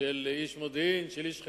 של איש מודיעין, של איש חקירות,